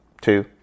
two